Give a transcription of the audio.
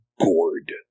gourd